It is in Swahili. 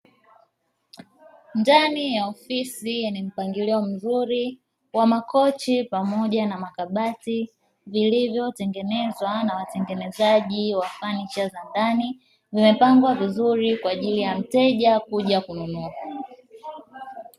Ndani ya ofisi yenye mpangilio mzuri wa makochi pamoja na makabati vilivyotengenezwa na watengenezaji wa fanicha za ndani, vimepangwa vizuri kwa ajili ya mteja kuja kununua.